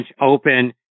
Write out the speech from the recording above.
open